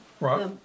right